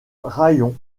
raïon